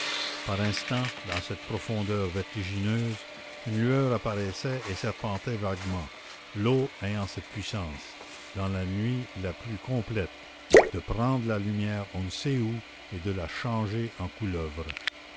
par instants dans cette profondeur vertigineuse une lueur apparaissait et serpentait vaguement l'eau ayant cette puissance dans la nuit la plus complète de prendre la lumière on ne sait où et de la changer en couleuvre